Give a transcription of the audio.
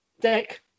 deck